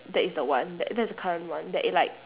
that is the one that's that's the current one that it like